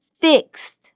fixed